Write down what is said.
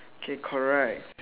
k correct